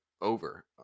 over